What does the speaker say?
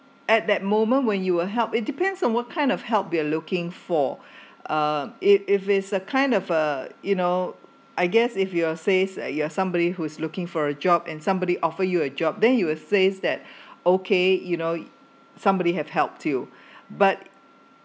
at that moment when you will help it depends on what kind of help we're looking for uh it if it's a kind of uh you know I guess if you are says you are somebody who is looking for a job and somebody offer you a job then you will say that okay you know somebody have helped you but